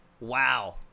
Wow